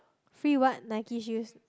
free what Nike shoes